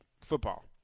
football